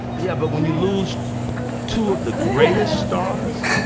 yeah. but when you lose two of the greatest stars.